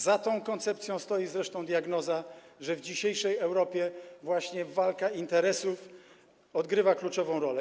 Za tą koncepcją stoi zresztą diagnoza, że w dzisiejszej Europie właśnie walka interesów odgrywa kluczową rolę.